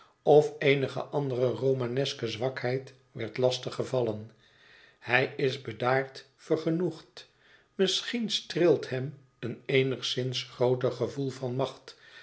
of eenige andere romaneske zwakheid werd lastig gevallen hij is bedaard vergenoegd misschien streelt hem een eenigszins grooter gevoel van macht